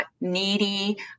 needy